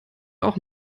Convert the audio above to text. auch